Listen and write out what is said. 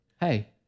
hey